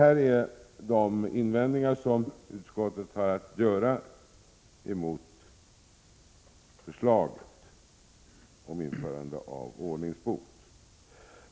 Detta är de invändningar som utskottet har att göra emot förslaget om införande av ordningsbot.